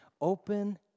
open